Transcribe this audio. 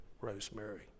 Rosemary